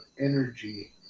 energy